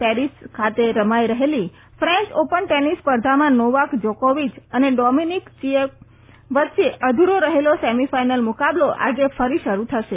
Paris ખાતે રમાઈ રહેલી ફેચ ઓપન ટેનીસ સ્પર્ધામાં નોવાક જોકોવિચ અને ડોમીનીક ચિએમ વચ્ચે અધુરો રહેલો સેમી ફાઈનલ મુકાબલો આજે ફરી શરૂ થશે